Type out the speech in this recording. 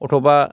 अथ'बा